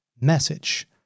message